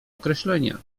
określenia